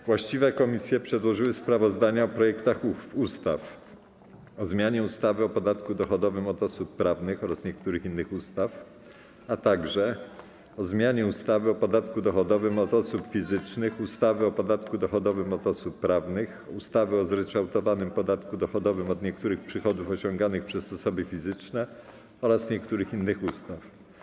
Właściwe komisje przedłożyły sprawozdania o projektach ustaw: - o zmianie ustawy o podatku dochodowym od osób prawnych oraz niektórych innych ustaw, - o zmianie ustawy o podatku dochodowym od osób fizycznych, ustawy o podatku dochodowym od osób prawnych, ustawy o zryczałtowanym podatku dochodowym od niektórych przychodów osiąganych przez osoby fizyczne oraz niektórych innych ustaw.